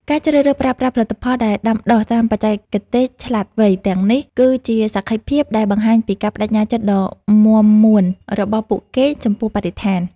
ការជ្រើសរើសប្រើប្រាស់ផលិតផលដែលដាំដុះតាមបច្ចេកទេសឆ្លាតវៃទាំងនេះ គឺជាសក្ខីភាពដែលបង្ហាញពីការប្ដេជ្ញាចិត្តដ៏មាំមួនរបស់ពួកគេចំពោះបរិស្ថាន។